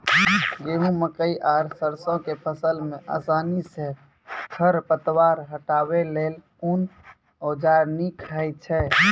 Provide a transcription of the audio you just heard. गेहूँ, मकई आर सरसो के फसल मे आसानी सॅ खर पतवार हटावै लेल कून औजार नीक है छै?